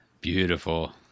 beautiful